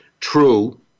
true